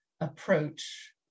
approach